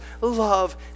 love